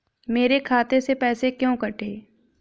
मेरे खाते से पैसे क्यों कटे?